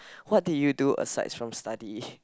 what did you do asides from study